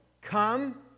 Come